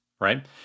right